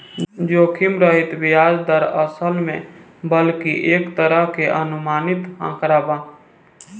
जोखिम रहित ब्याज दर, असल में बल्कि एक तरह के अनुमानित आंकड़ा बा